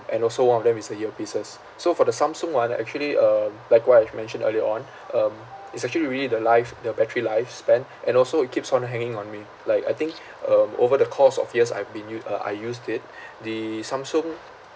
and also one of them is a ear pieces so for the samsung [one] actually uh like what I've mentioned earlier on um it's actually really the life the battery lifespan and also it keeps on hanging on me like I think um over the course of years I've been u~ uh I used it the samsung